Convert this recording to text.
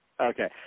Okay